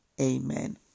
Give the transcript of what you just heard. Amen